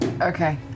Okay